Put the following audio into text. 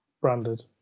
branded